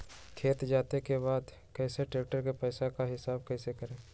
खेत जोते के बाद कैसे ट्रैक्टर के पैसा का हिसाब कैसे करें?